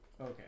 okay